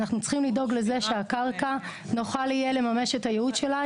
אנחנו צריכים לדאוג לכך שהקרקע תוכל לממש את הייעוד שלה.